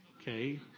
okay